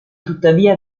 tuttavia